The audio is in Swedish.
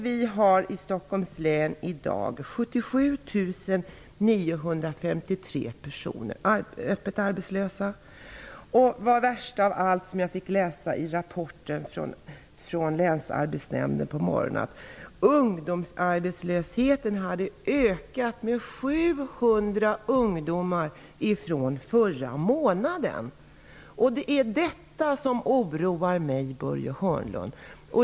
Vi har i Stockholms län i dag 77 953 personer öppet arbetslösa. Värst av allt, som jag fick läsa i rapporten från länsarbetsnämnden på morgonen, är att ungdomsarbetslösheten hade ökat med 700 ungdomar från förra månaden. Det är detta som oroar mig, Börje Hörnlund.